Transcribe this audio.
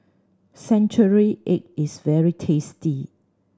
century egg is very tasty